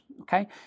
okay